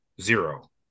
zero